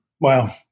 Wow